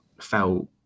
felt